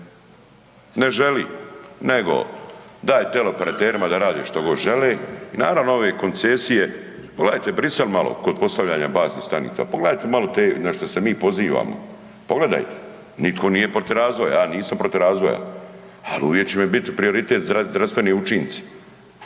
Ne želi nego daj teleoperaterima da rade što god žele, naravno ove koncesije, pogledajte Bruxelles malo kod postavljanja baznih stanica, pogledajte malo te na šta se mi pozivamo, pogledajte. Nitko nije protiv razvoja, ja nisam protiv razvoja ali uvijek će mi biti prioritet zdravstveni učinci.